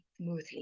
smoothly